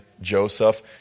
Joseph